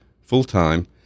full-time